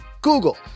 Google